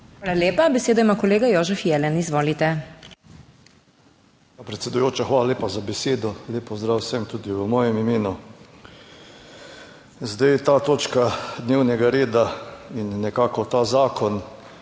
Hvala lepa. Besedo ima kolega Jožef Jelen. Izvolite. JOŽEF JELEN (PS SDS): Predsedujoča, hvala lepa za besedo. Lep pozdrav vsem tudi v mojem imenu! Zdaj, ta točka dnevnega reda in nekako ta zakon